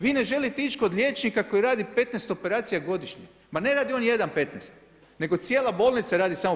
Vi ne želite ići kod liječnika koji radi 15 operacija godišnje, pa ne radi on jedan 15, nego cijela bolnica radi samo 15.